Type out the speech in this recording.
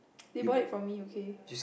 they bought it from me okay